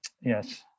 yes